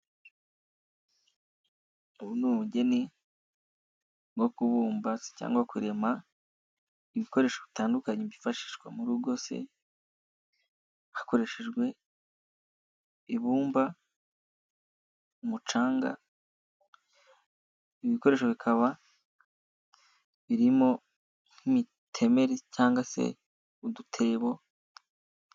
Ubu ni ubugeni bwo kubumba cyangwa kurema ibikoresho bitandukanye byifashishwa mu rugose hakoreshejwe ibumba, umucanga. Ibikoresho bikaba birimo nk'imitemeri n'udutebo.